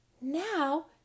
Now